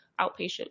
outpatient